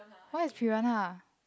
what is piranha